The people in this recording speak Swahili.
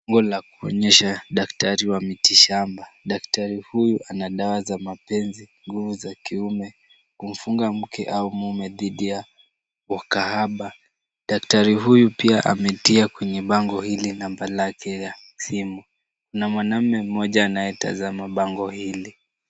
Bango la kuonyesha daktari wa miti shamba. Daktari huyu ana dawa za mapenzi, nguvu za kiume, kumfunga mke au mume dhidi ya ukahaba. Daktari huyu pia ametia kwenye bango hili namba lake ya simu. Kuna mwanamume mmoja anayetazama bango hili.